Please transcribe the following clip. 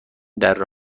دره